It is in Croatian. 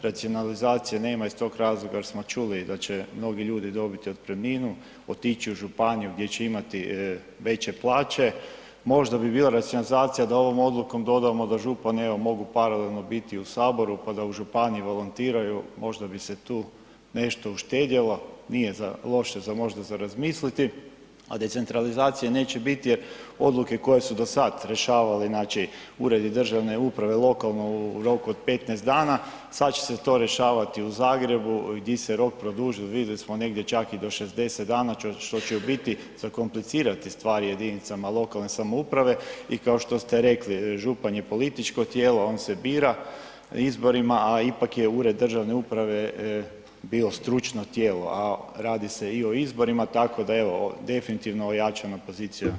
Racionalizacije nema iz tog razloga jer smo čuli da će mnogi ljudi dobiti otpremninu, otići u županiji gdje će imati veće plaće, možda bi bila racionalizacija da ovom odlukom dodamo da županima evo, mogu paralelno biti u Saboru pa da u županiji volontiraju, možda bi se tu nešto uštedjelo, nije loše možda za razmisliti, a decentralizacije neće biti jer odluke koje su do sad rješavali uredi državne uprave, lokalno u roku od 15 dana, sad će se to rješavati u Zagrebu di se rok produži, vidjeli smo negdje čak i do 60 dana, što će u biti zakomplicirati stvari jedinicama lokalne samouprave i kao što ste rekli, župan je političko tijelo, on se bira izborima, a ipak je ured državne uprave bio stručno tijelo, a radi se i o izborima, tako da, evo, definitivno ojačana pozicija župana.